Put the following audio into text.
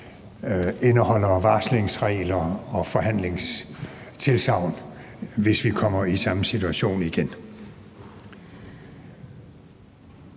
indeholder varslingsregler og forhandlingstilsagn, hvis vi kommer i samme situation igen.